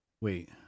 wait